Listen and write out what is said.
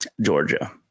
Georgia